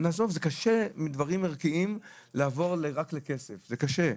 זה קשה לעבור מדברים ערכיים רק לכסף זה קשה,